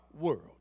world